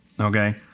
Okay